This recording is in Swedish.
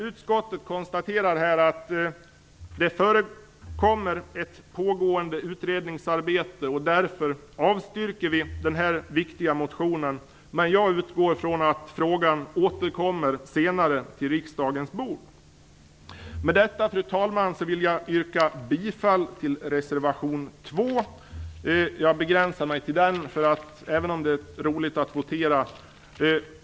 Utskottet konstaterar här att det pågår ett utredningsarbete, och därför avstyrker vi den här viktiga motionen. Men jag utgår från att frågan senare återkommer på riksdagens bord. Med detta, fru talman, vill jag yrka bifall till reservation 2. Jag begränsar mig till den, även om det är roligt att votera.